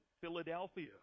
Philadelphia